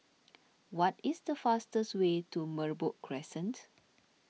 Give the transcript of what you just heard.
what is the fastest way to Merbok Crescent